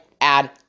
add